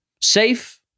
safe